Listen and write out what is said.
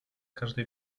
każdej